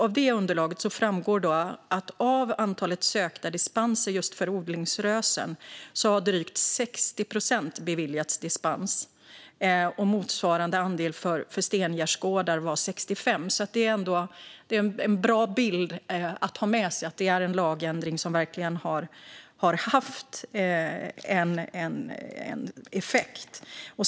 Av det underlaget framgår att drygt 60 procent av dem som sökt dispens just för odlingsrösen har beviljats dispens. Motsvarande andel för stengärdsgårdar var 65. Det är en bra bild att ha med sig. Detta är en lagändring som verkligen har haft en effekt.